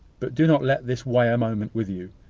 but do not let this weigh a moment with you,